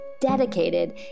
dedicated